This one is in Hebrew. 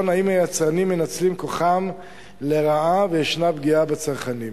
אם היצרנים מנצלים כוחם לרעה וישנה פגיעה בצרכנים.